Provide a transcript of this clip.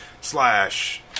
slash